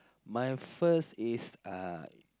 my first is uh